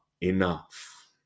enough